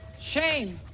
Shame